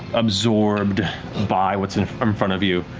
absorbed by what's in um front of you,